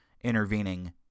intervening